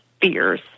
fears